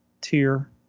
Tier